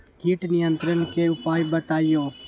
किट नियंत्रण के उपाय बतइयो?